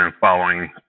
following